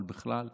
אבל בכלל,